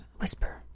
Whisper